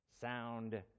sound